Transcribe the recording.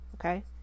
okay